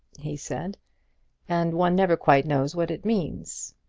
he said and one never quite knows what it means.